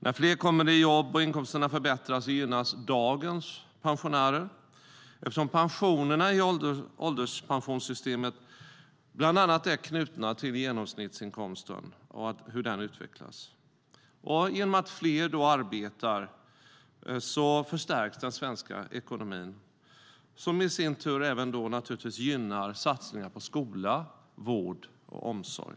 När fler kommer i jobb och inkomsterna förbättras gynnas dagens pensionärer, eftersom pensionerna i ålderspensionssystemet bland annat är knutna till hur genomsnittsinkomsten utvecklas. Genom att fler arbetar förstärks också den svenska ekonomin som i sin tur även gynnar satsningar på skola, vård och omsorg.